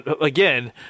again